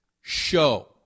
show